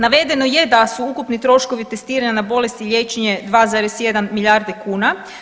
Navedeno je da su ukupni troškovi testiranja na bolesti liječenje 2,1 milijardi kuna.